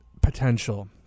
potential